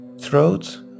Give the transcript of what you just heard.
throat